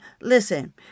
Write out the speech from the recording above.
Listen